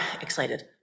excited